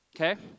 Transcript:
okay